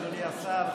אדוני השר,